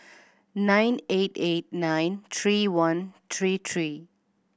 nine eight eight nine three one three three